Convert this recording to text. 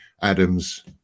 Adams